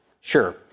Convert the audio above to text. Sure